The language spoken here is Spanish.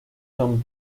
son